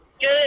Good